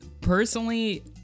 personally